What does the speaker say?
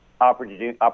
opportunity